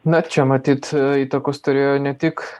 na čia matyt įtakos turėjo ne tik